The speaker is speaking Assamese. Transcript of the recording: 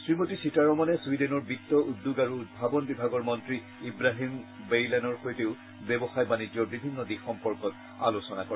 শ্ৰীমতী সীতাৰমণে ছুইডেনৰ বিত্ত উদ্যোগ আৰু উদ্ভাৱন বিভাগৰ মন্ত্ৰী ইৱাহিম বেইলানৰ সৈতেও ব্যৱসায় বাণিজ্যৰ বিভিন্ন দিশ সম্পৰ্কত আলোচনা কৰে